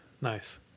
Nice